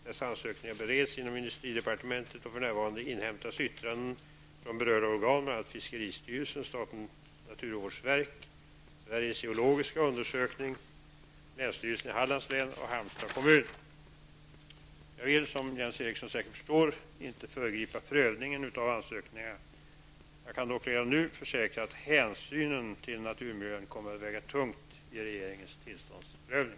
Dessa ansökningar bereds inom industridepartementet, och för närvarande inhämtas yttranden från berörda organ, bl.a. fiskeristyrelsen, statens naturvårdsverk, Sveriges geologiska undersökning, länsstyrelsen i Hallands län och Halmstads kommun. Jag vill, som Jens Eriksson säkert förstår, inte föregripa prövningen av ansökningarna. Jag kan dock redan nu försäkra att hänsynen till naturmiljön kommer att väga tungt i regeringens tillståndsprövning.